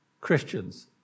Christians